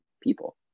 people